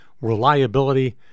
reliability